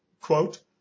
quote